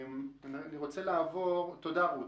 תודה, רות.